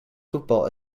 football